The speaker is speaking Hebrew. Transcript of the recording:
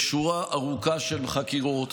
בשורה ארוכה של חקירות